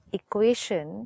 equation